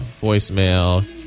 voicemail